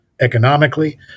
economically